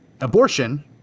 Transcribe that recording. Abortion